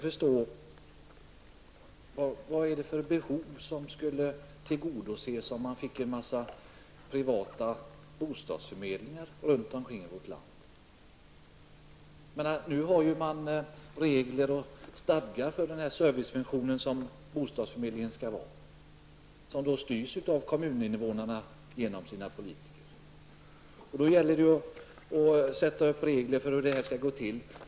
Vilka behov skulle tillgodoses om man fick privata bostadsförmedlingar runt om i vårt land? Nu finns det regler och stadgar för den servicefunktion som bostadsförmedlingen skall vara. Detta styrs av kommuninvånarna genom deras politiker. Det gäller att sätta upp regler för hur detta skall gå till.